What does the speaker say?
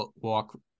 walk